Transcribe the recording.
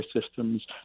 systems